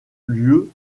lieu